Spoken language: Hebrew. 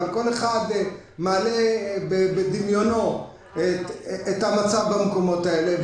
כל אחד מעלה בדמיונו אל המצב במקומות האלה.